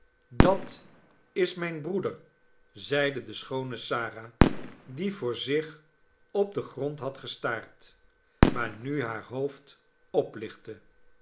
dat is mijn broeder zeide de schoone sara die voor zich op den grond had gestaard maar nu haar hoofd oplichtte